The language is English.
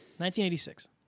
1986